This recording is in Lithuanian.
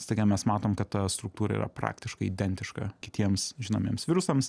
staiga mes matom kad ta struktūra yra praktiškai identiška kitiems žinomiems virusams